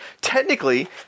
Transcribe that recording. technically